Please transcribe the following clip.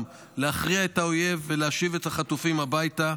להכריע את האויב ולהשיב את החטופים הביתה,